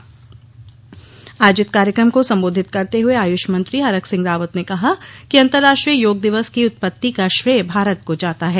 उदघाटन जारी आयोजित कार्यक्रम को संबोधित करते हुए आयुष मंत्री हरक सिंह रावत ने कहा कि अन्तराष्ट्रीय योग दिवस की उत्पति का श्रेय भारत को जाता है